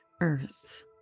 earth